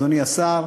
אדוני השר,